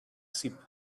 sheep